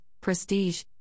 prestige